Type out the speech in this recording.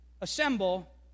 assemble